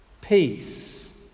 peace